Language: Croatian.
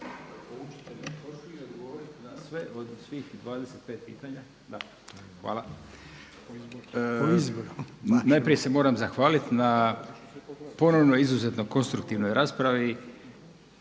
Goran** Najprije se moram zahvaliti na ponovno izuzetno konstruktivnoj raspravi